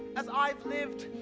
as i've lived,